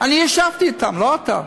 אני ישבתי אתם, לא אתה.